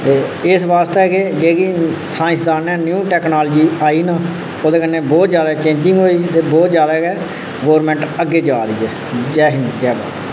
ते इस वास्तै केह् जेह्की साईंसदान ने न्यूं टैक्नालजी आई न ओह्दे कन्नै बोह्त ज्यादा चेजिंग होई बोह्त ज्यादा गै गौरमैंट अग्गे जा दी ऐ जै हिंद जै भारत